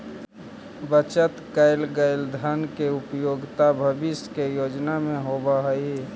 बचत कैल गए धन के उपयोगिता भविष्य के योजना में होवऽ हई